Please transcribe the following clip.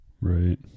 Right